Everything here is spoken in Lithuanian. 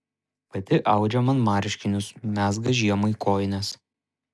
pati audžia man marškinius mezga žiemai kojines